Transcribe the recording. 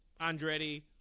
Andretti